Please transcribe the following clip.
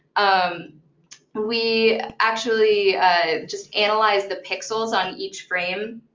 um we actually just analyze the pixels on each frame.